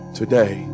today